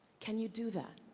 can you do that?